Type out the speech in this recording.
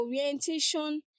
orientation